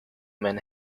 man